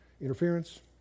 interference